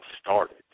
started